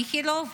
איכילוב,